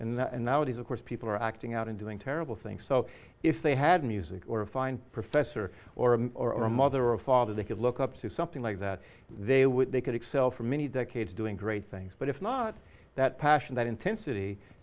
trouble and nowadays of course people are acting out and doing terrible things so if they had music or a fine professor or a or a mother or father they could look up to something like that they would they could excel for many decades doing great things but if not that passion that intensity